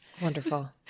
Wonderful